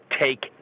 take